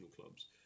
clubs